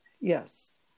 Yes